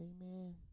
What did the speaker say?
Amen